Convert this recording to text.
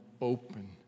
open